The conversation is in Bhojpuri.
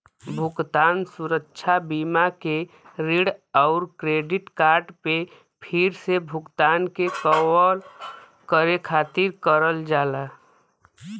भुगतान सुरक्षा बीमा के ऋण आउर क्रेडिट कार्ड पे फिर से भुगतान के कवर करे खातिर करल जाला